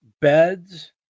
beds